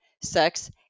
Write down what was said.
sex